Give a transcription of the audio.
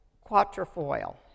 quatrefoil